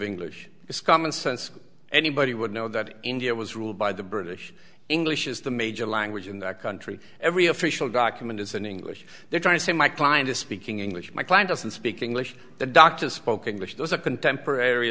english is common sense anybody would know that india was ruled by the british english is the major language in the country every official document is an english they're trying to say my client is speaking english my plan doesn't speak english the doctor spoke english there's a contemporary